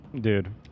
Dude